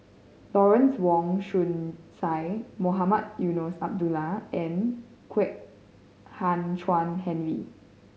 Lawrence Wong Shyun Tsai Mohamed Eunos Abdullah and Kwek Hian Chuan Henry